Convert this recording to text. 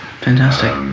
fantastic